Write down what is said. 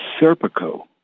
Serpico